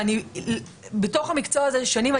ואני בתוך המקצוע הזה שנים.